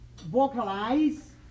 vocalize